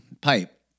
pipe